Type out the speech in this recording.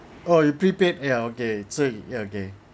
oh you prepaid ya okay so ya okay